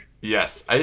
Yes